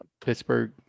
Pittsburgh